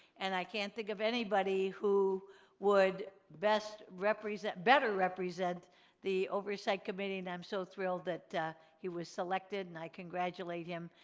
and i can't think of anybody who would best represent, better represent the oversight committee and i'm so thrilled that he was selected. and i congratulate him.